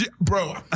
Bro